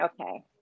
Okay